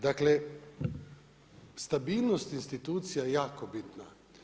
Dakle, stabilnost institucija je jako bitna.